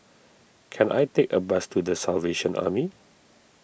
can I take a bus to the Salvation Army